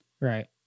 Right